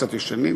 קצת ישנים,